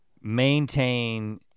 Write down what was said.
maintain